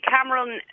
Cameron